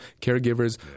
Caregivers